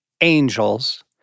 angels